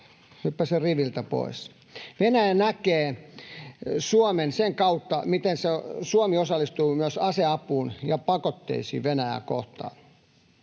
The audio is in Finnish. Ukrainan rinnalla. Venäjä näkee Suomen sen kautta, miten Suomi osallistuu myös aseapuun ja pakotteisiin Venäjää kohtaan.